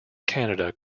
canada